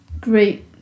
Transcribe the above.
great